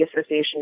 association